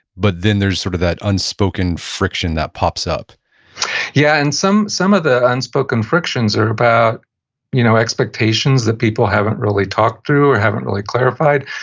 but then there's sort of that unspoken friction that pops up yeah, and some some of the unspoken frictions are about you know expectations that people haven't really talked through, or haven't really clarified.